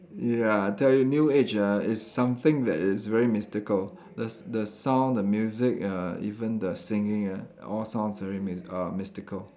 ya I tell you new age ah is something that is very mystical the the sound the music uh even the singing ah all sounds very my~ uh mystical